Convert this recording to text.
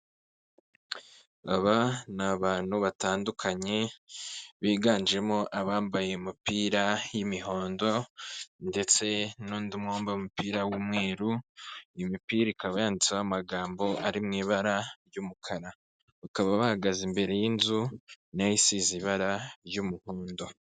Aba ni abantu batandukanye, biganjemo abambaye umupira y'imihondo ndetse n'undi umwe wambaye umupira w'umweru, iyi mipira ikaba yanditseho amagambo ari mu ibara ry'umukara. Bakaba bahagaze imbere y'inzu na yo isize ibara ry'umuhondo.